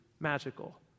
magical